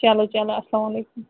چلو چلو اَسلامُ علیکُم